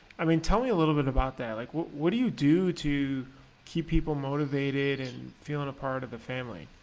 i mean tell me a little bit about that. like what what do you do to keep people motivated and feeling a part of the family?